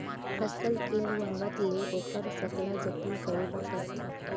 फसल के लुवावत ले ओखर सकला जतन करे बर परथे